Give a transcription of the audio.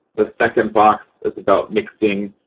the second box is about mixing,